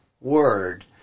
word